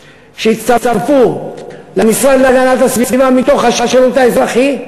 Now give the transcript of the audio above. שיצטרפו למשרד להגנת הסביבה מתוך השירות האזרחי,